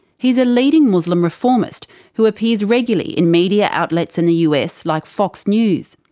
he's a leading muslim reformist who appears regularly in media outlets in the us like fox news.